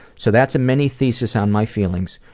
so that's a mini-thesis on my feelings.